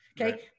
Okay